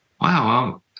wow